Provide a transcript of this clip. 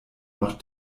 noch